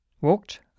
Walked